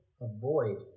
Avoid